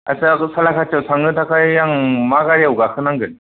आस्सा सालाकाटिआव थांनो थाखाय आं मा गारियाव गाखो नांगोन